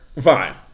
Fine